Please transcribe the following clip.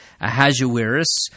Ahasuerus